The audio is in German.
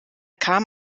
kam